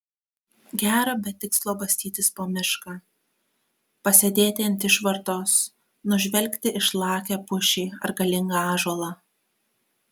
gera be tikslo bastytis po mišką pasėdėti ant išvartos nužvelgti išlakią pušį ar galingą ąžuolą